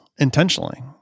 intentionally